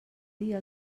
dia